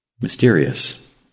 Mysterious